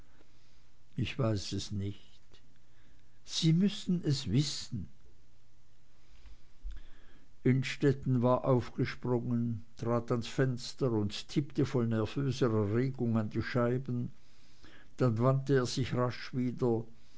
ich weiß es nicht sie müssen es wissen innstetten war aufgesprungen trat ans fenster und tippte voll nervöser erregung an die scheiben dann wandte er sich rasch wieder